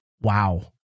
wow